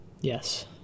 Yes